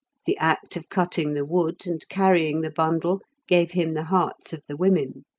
the act of cutting the wood and carrying the bundle gave him the hearts of the women.